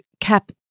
cap